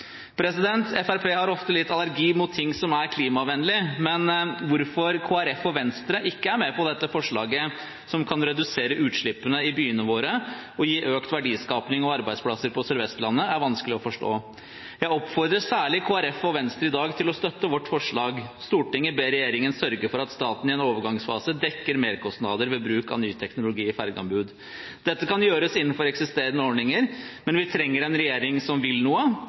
har ofte litt allergi mot ting som er klimavennlige, men hvorfor Kristelig Folkeparti og Venstre ikke er med på dette forslaget, som kan redusere utslippene i byene våre og gi økt verdiskaping og arbeidsplasser på Sør-Vestlandet, er vanskelig å forstå. Jeg oppfordrer særlig Kristelig Folkeparti og Venstre i dag til å støtte vårt forslag: «Stortinget ber regjeringen sørge for at staten i en overgangsfase dekker merkostnader ved bruk av ny teknologi i fergeanbud.» Dette kan gjøres innenfor eksisterende ordninger, men vi trenger en regjering som vil noe.